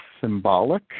symbolic